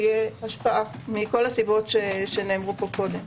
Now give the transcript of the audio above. תהיה השפעה מכל הסיבות שנאמרו פה קודם.